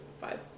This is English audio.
five